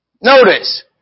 Notice